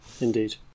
Indeed